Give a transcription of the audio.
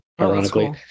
ironically